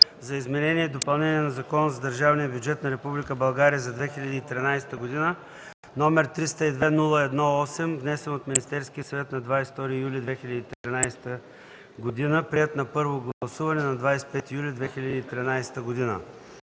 за изменение и допълнение на Закона за държавния бюджет на Република България за 2013 г., № 302-01-8, внесен от Министерския съвет на 22 юли 2013 г., приет на първо гласуване на 25 юли 2013 г.